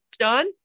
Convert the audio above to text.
John